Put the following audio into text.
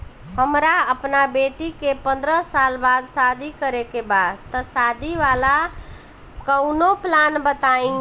हमरा अपना बेटी के पंद्रह साल बाद शादी करे के बा त शादी वाला कऊनो प्लान बताई?